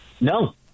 No